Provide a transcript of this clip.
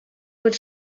bod